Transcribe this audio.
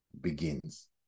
begins